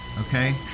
okay